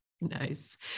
Nice